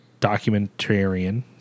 documentarian